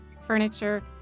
furniture